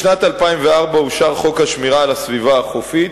בשנת 2004 אושר חוק שמירת הסביבה החופית.